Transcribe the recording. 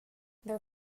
their